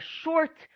short